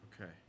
Okay